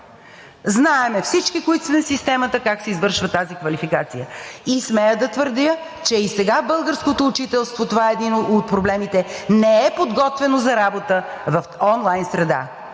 Знаем всички, които сме в системата, как се извършва тази квалификация. Смея да твърдя, че и сега българското учителство – това е един от проблемите, не е подготвено за работа в онлайн среда.